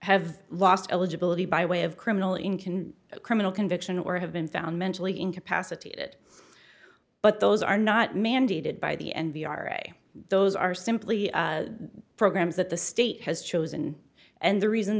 have lost eligibility by way of criminal in can a criminal conviction or have been found mentally incapacitated but those are not mandated by the end v r a those are simply programs that the state has chosen and the reason